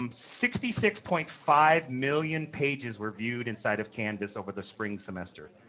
um sixty six point five million pages were viewed inside of canvas over the spring semester.